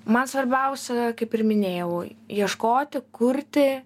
man svarbiausia kaip ir minėjau ieškoti kurti